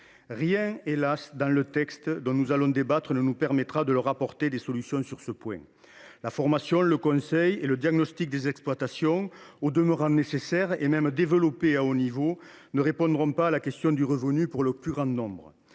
Rien, hélas ! dans le texte dont nous allons débattre ne nous permettra de leur apporter des solutions sur ce point. La formation, le conseil et le diagnostic des exploitations, au demeurant nécessaires et même développés à haut niveau, ne répondront pas à la question du revenu pour le plus grand nombre.